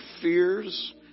fears